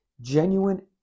genuine